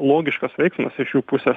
logiškas veiksmas iš jų pusės